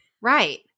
right